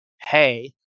hey